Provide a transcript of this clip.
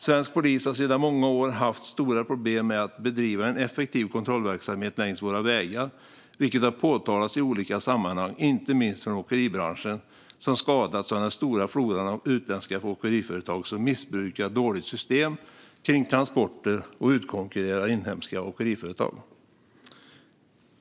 Svensk polis har sedan många år haft stora problem med att bedriva en effektiv kontrollverksamhet längs våra vägar, vilket har påtalats i olika sammanhang, inte minst från åkeribranschen, som skadats av den stora floran av utländska åkeriföretag som missbrukar dåliga system kring transporter och utkonkurrerar inhemska åkeriföretag.